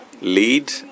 lead